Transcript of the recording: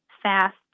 fast